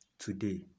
Today